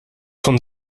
von